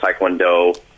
Taekwondo